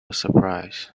surprise